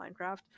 Minecraft